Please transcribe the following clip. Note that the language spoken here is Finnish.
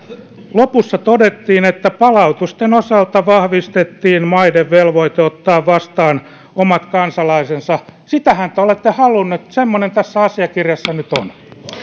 lopussa todettiin että palautusten osalta vahvistettiin maiden velvoite ottaa vastaan omat kansalaisensa sitähän te olette halunneet semmoinen tässä asiakirjassa nyt on